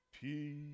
peace